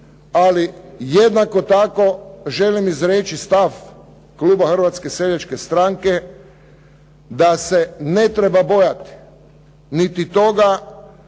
ali jednako tako želim izreći stav kluba Hrvatske seljačke stranke da se ne treba bojati niti toga